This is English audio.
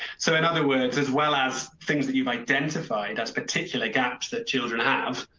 so in other words, as well as things that you've identified as particular gaps that children have,